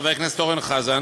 חבר הכנסת אורן חזן,